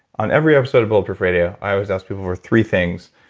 on every episode of bulletproof radio, i always ask people for three things,